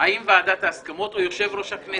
האם ועדת ההסכמות או יושב-ראש הכנסת?